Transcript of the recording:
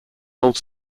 old